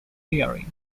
theory